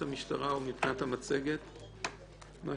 אני.